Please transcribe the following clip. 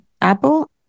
Apple